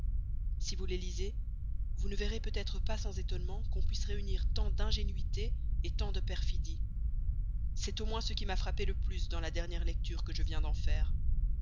si vous les lisez vous ne verrez peut-être pas sans étonnement qu'on puisse réunir tant d'ingénuité tant de perfidie c'est au moins ce qui m'a le plus frappé dans la dernière lecture que je viens d'en faire